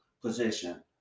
position